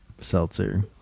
Seltzer